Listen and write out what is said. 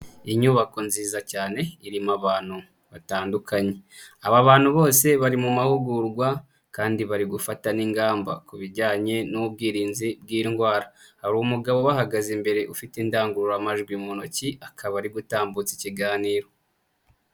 Inyubako nziza cyane irimo abantu batandukanye, aba bantu bose bari mu mahugurwa kandi bari gufata n'ingamba ku bijyanye n'ubwirinzi bw'indwara, hari umugabo ubahagaze imbere ufite indangururamajwi mu ntoki akaba ari gutambutsa ikiganiro.